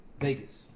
Vegas